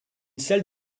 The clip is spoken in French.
salle